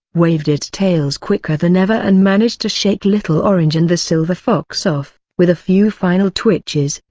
waved its tails quicker than ever and managed to shake little orange and the silver fox off. with a few final twitches,